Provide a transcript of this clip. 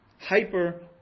hyper